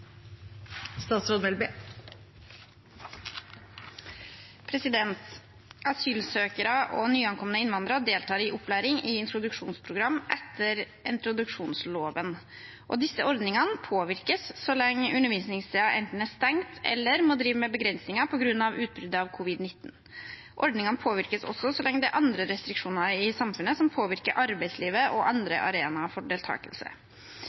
opplæring i introduksjonsprogram etter introduksjonsloven. Disse ordningene påvirkes så lenge undervisningssteder enten er stengt eller må drive med begrensninger på grunn av utbruddet av covid-19. Ordningene påvirkes også så lenge det er andre restriksjoner i samfunnet som påvirker arbeidslivet og andre arenaer for deltakelse.